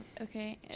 Okay